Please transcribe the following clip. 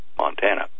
Montana